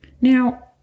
Now